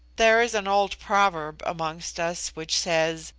there is an old proverb amongst us which says,